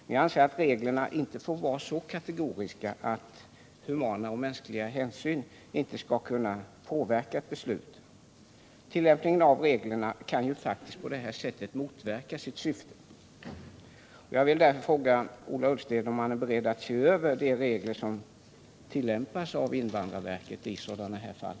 Men jag anser att reglerna inte får vara så kategoriska att mänskliga hänsyn inte skall kunna påverka ett beslut. Tillämpningen av reglerna kan ju faktiskt på det sättet motverka sitt syfte. Jag vill därför fråga Ola Ullsten, om han är beredd att se över de regler som tillämpas av invandrarverket i sådana här fall,